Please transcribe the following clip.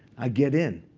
i get in.